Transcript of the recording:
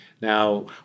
Now